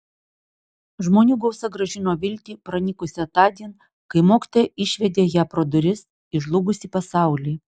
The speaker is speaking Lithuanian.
žmonių gausa grąžino viltį pranykusią tądien kai mokytoja išvedė ją pro duris į žlugusį pasaulį